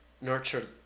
nurture